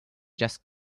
just